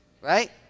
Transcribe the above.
Right